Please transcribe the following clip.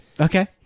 Okay